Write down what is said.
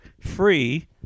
free